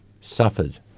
suffered